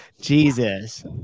jesus